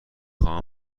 خواهم